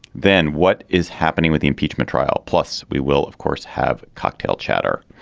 then what is happening with the impeachment trial? plus, we will, of course, have cocktail chatter.